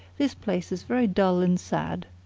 this place is very dull and sad.